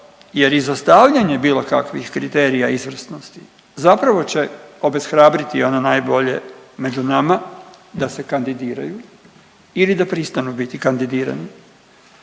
jer izostavljanje bilo kakvih kriterija izvrsnosti zapravo će obeshrabriti i ono najbolje među nama da se kandidiraju ili da pristanu biti kandidirani